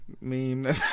meme